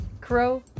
Crow